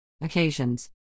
Occasions